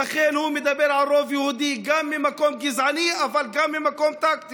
לכן הוא מדבר על רוב יהודי גם ממקום גזעני אבל גם ממקום טקטי.